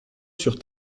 sur